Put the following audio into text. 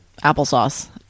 Applesauce